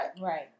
right